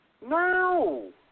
No